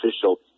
official